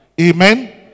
Amen